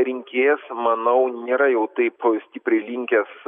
rinkėjas manau nėra jau taip stipriai linkęs